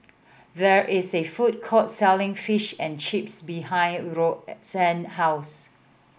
there is a food court selling Fish and Chips behind Roxann house